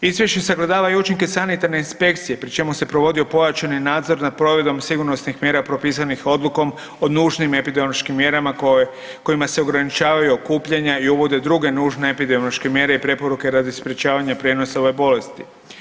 Izvješće sagledava i učinke sanitarne inspekcije pri čemu se provodio pojačani nadzor nad provedbom sigurnosnih mjera propisanih odlukom o nužnim epidemiološkim mjerama kojima sa ograničavaju okupljanja i uvode druge nužne epidemiološke mjere i preporuke radi sprječavanja prijenosa ove bolesti.